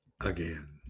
again